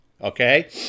okay